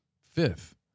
Fifth